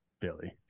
Billy